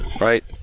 right